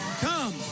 Come